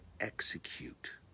execute